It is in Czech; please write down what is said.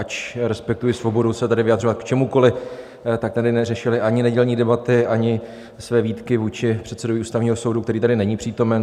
A ač respektuji svobodu se tady vyjadřovat k čemukoliv, tak abychom tady neřešili ani nedělní debaty, ani své výtky vůči předsedovi Ústavního soudu, který tady není přítomen.